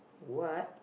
what